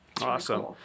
awesome